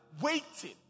waiting